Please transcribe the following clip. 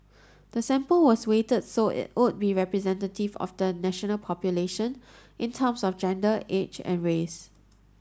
the sample was weighted so it would be representative of the national population in terms of gender age and race